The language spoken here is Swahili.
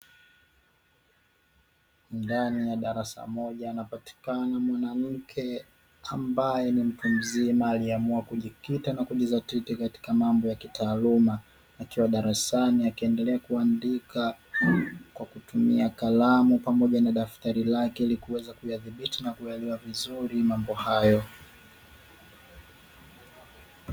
Ndani ya darasa moja anapatikana mwanamke ambaye ni mtu mzima aliamua kujikita na kujizatiti katika mambo ya kitaaluma akiwa darasani akiendelea kuandika kwa kutumia kalamu pamoja na daftari lake ili kuweza kuyadhibiti na kuyaelewa vizuri mambo hayo.